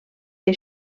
que